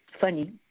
funny